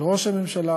של ראש הממשלה,